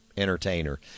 Entertainer